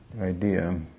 idea